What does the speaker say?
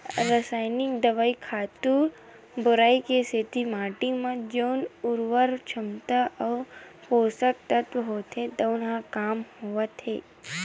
रसइनिक दवई, खातू बउरई के सेती माटी म जउन उरवरक छमता अउ पोसक तत्व होथे तउन ह कम होवत हे